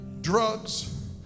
drugs